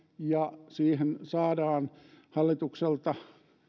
ja niihin saadaan hallitukselta